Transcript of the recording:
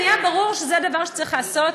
נהיה ברור שזה דבר שצריך לעשות,